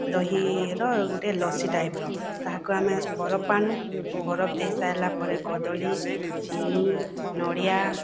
ଦହିର ଗୋଟେ ଲସି ଟାଇପ୍ର ତାହାକୁ ଆମେ ବରଫ ଆଣୁ ବରଫ ଦେଇ ସାରିଲାପରେ କଦଳୀ ଚିନି ନଡ଼ିଆ